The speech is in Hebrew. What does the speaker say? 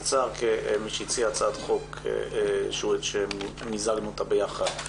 סער שהציע הצעת חוק שמיזגנו אותה ביחד,